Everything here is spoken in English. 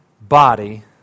body